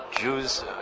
Jews